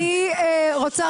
אני מבקשת